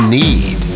need